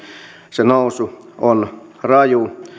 se nousu on raju